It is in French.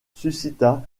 suscita